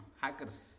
hackers